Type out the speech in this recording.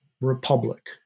republic